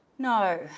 No